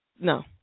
No